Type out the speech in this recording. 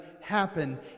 happen